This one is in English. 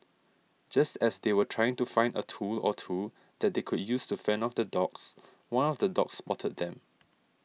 just as they were trying to find a tool or two that they could use to fend off the dogs one of the dogs spotted them